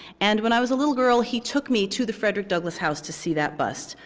and when i was a little girl, he took me to the frederick douglass house to see that bust.